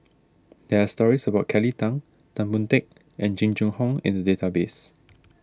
there are stories about Kelly Tang Tan Boon Teik and Jing Jun Hong in the database